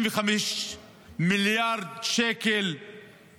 155 מיליארד שקל ב-12 החודשים האחרונים.